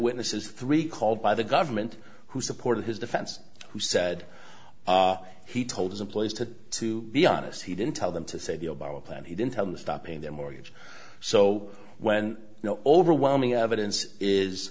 witnesses three called by the government who supported his defense who said he told his employees to to be honest he didn't tell them to say the obama plan he didn't tell them to stop paying their mortgage so when overwhelming evidence is